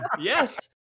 Yes